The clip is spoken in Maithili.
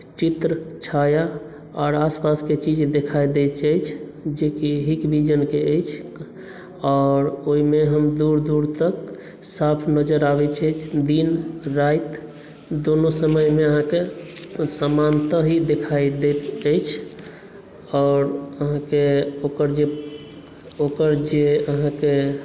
चित्रछाया आओर आसपासके चीज देखाय दैत अछि जेकि नीक विजनके अछि आओर ओहिमे हम दूर दूर तक साफ़ नजरि आबैत छै दिन राति दुनू समयमे अहाँकेँ समानतः ही देखाइ दैत अछि आओर अहाँकेँ ओकर जे ओकर जे अहाँकेँ